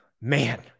man